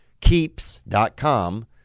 Keeps.com